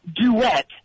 duet